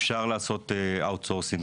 אפשר לעשות outsourcing,